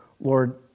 Lord